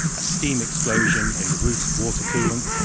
a steam explosion in the water water coolant,